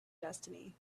destiny